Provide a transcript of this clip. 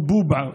הוא בובה,